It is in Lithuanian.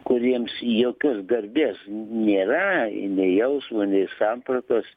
kuriems jokios garbės nėra nei jausmo nei sampratos